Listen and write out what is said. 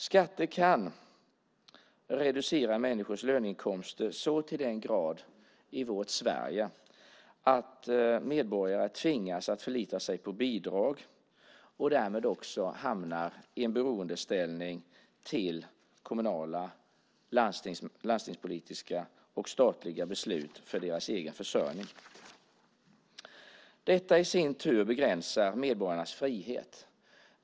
Skatter kan reducera människors löneinkomster så till den grad i vårt Sverige att medborgare tvingas förlita sig på bidrag och därmed också hamna i en beroendeställning till kommunala, landstingspolitiska och statliga beslut för sin egen försörjning. Detta i sin tur begränsar medborgarnas frihet.